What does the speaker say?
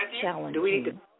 Challenging